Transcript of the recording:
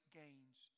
gains